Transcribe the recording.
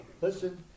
listen